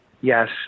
Yes